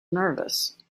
nervous